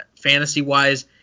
fantasy-wise